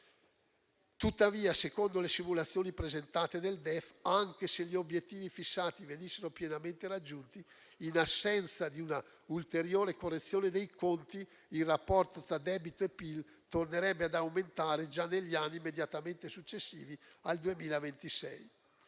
Tuttavia, secondo le simulazioni presentate nel DEF, anche se gli obiettivi fissati venissero pienamente raggiunti, in assenza di un'ulteriore correzione dei conti, il rapporto tra debito e PIL tornerebbe ad aumentare già negli anni immediatamente successivi al 2026.